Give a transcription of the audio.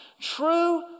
True